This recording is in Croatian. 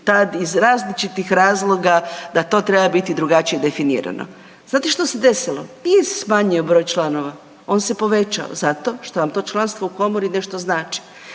iz različitih razloga da to treba drugačije definirano. Znate što se desilo? Nije se smanjio broj članova on se povećao zato što vam to članstvo u komori nešto znači.